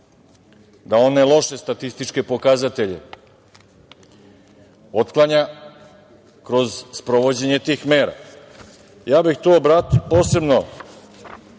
da one loše statističke pokazatelje otklanja kroz sprovođenje tih mera. Ja bih tu posebno,